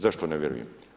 Zašto ne vjerujem?